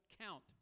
count